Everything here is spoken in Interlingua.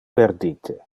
perdite